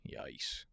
Yikes